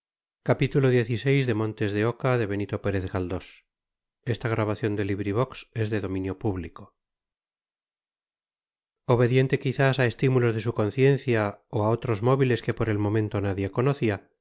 obediente quizás a estímulos de su conciencia o a otros móviles que por el momento nadie conocía